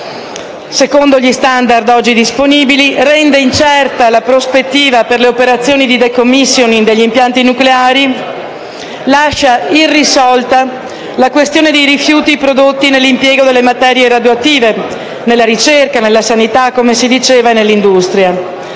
secondo gli *standard* oggi disponibili, rende incerta la prospettiva per le operazioni di *decommissioning* degli impianti nucleari e lascia irrisolta la questione dei rifiuti prodotti nell'impiego delle materie radioattive nella ricerca, nella sanità e nell'industria.